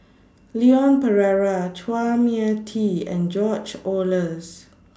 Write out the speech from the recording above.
Leon Perera Chua Mia Tee and George Oehlers